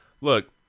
look